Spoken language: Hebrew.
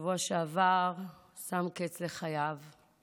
שם קץ לחייו בשבוע שעבר.